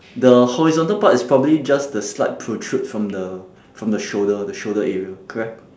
the horizontal part is probably just the slight protrude from the from the shoulder the shoulder area correct